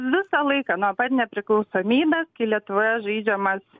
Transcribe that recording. visą laiką nuo pat nepriklausomybės kai lietuvoje žaidžiamas